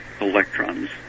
electrons